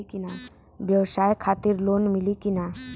ब्यवसाय खातिर लोन मिली कि ना?